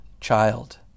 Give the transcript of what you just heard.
child